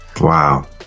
Wow